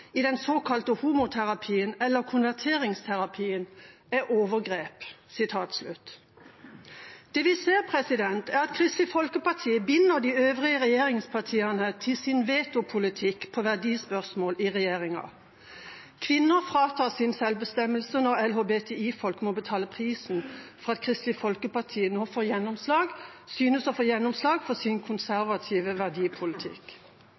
i den såkalte homoterapien eller konverteringsterapien, er overgrep.» Det vi ser, er at Kristelig Folkeparti binder de øvrige regjeringspartiene til sin vetopolitikk på verdispørsmål i regjeringa. Kvinner fratas sin selvbestemmelse, og LHBTI-folk må betale prisen for at Kristelig Folkeparti nå synes å få gjennomslag for sin